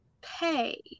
pay